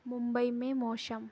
मुंबई में मौसम